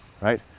right